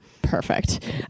perfect